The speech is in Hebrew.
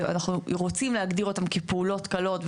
שאנחנו רוצים להגדיר אותן כפעולות קלות,